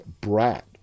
brat